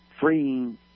freeing